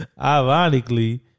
ironically